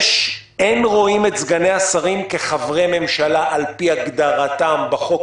"--- אין רואים את סגני השרים כחברי הממשלה" על פי הגדרתם בחוק